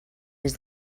des